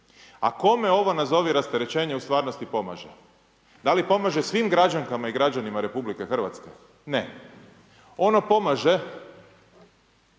A kome ovo nazovi rasterećenje u stvarnosti pomaže? Da li pomaže svim građanima RH? Ne. Ono pomaže